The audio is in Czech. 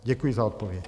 Děkuji za odpověď.